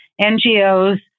NGOs